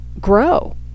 grow